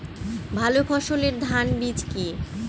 ভালো ফলনের ধান বীজ কি?